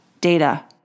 data